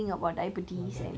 !wah! diabetes